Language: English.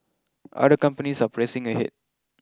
other companies are pressing ahead